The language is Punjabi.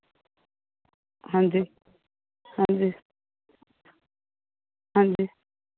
ਹਾਂਜੀ ਹਾਂਜੀ ਹਾਂਜੀ